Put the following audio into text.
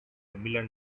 million